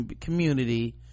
community